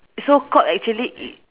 so called actually it